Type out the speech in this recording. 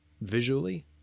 visually